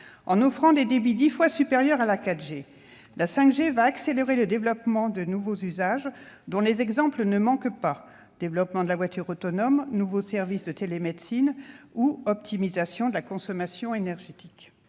En offrant des débits dix fois supérieurs à la 4G, la 5G va accélérer le développement de nouveaux usages, dont les exemples ne manquent pas : développement de la voiture autonome, nouveaux services de télémédecine ou optimisation de la consommation énergétique.